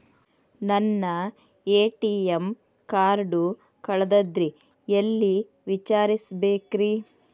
ನನ್ನ ATM card ಕಳದದ್ರಿ ಎಲ್ಲಿ ವಿಚಾರಿಸ್ಬೇಕ್ರಿ?